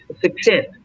success